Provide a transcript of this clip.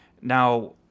Now